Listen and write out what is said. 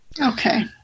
Okay